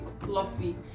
Fluffy